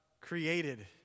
created